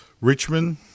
Richmond